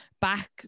back